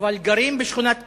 אבל גרים בשכונת פשע.